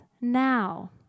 now